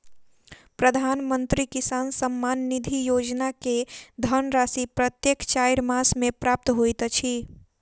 प्रधानमंत्री किसान सम्मान निधि योजना के धनराशि प्रत्येक चाइर मास मे प्राप्त होइत अछि